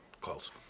Close